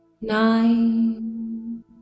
nine